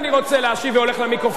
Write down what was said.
מה זה "אני רוצה להשיב" והולך למיקרופון?